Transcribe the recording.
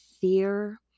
fear